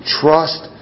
trust